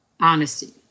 Honesty